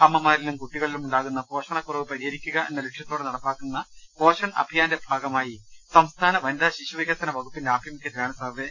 അമ്മമാരിലും കുട്ടികളിലുമുണ്ടാ കുന്ന പോഷണക്കുറവ് പരിഹരിക്കുക എന്ന ലക്ഷ്യത്തോടെ നടപ്പാക്കുന്ന പോഷൺ അഭിയാന്റെ ഭാഗമായി സംസ്ഥാന വനിതാ ശിശുവികസന വകുപ്പിന്റെ ആഭിമുഖ്യത്തിലാണ് സർവ്വെ